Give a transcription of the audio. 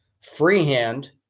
freehand